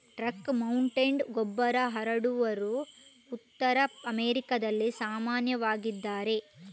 truck mounted ಗೊಬ್ಬರ ಹರಡುವವರು ಉತ್ತರ ಅಮೆರಿಕಾದಲ್ಲಿ ಸಾಮಾನ್ಯವಾಗಿದ್ದಾರೆ